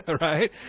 right